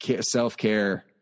self-care